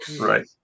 right